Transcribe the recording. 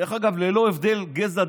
ללא הבדלי גזע,